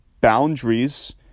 boundaries